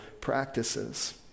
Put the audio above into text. practices